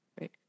Right